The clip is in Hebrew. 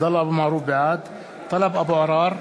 בעד טלב אבו עראר,